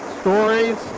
stories